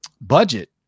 budget